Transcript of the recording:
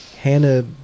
Hannah